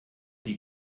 die